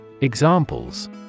Examples